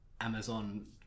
Amazon